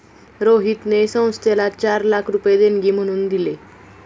रोहितने संस्थेला चार लाख रुपये देणगी म्हणून दिले